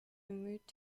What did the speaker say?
bemüht